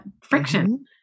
friction